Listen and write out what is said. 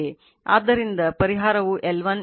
ಆದ್ದರಿಂದ ಪರಿಹಾರವು L1 L2 ಗಿಂತ K M √ L1 L2